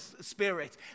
spirit